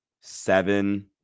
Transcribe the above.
Seven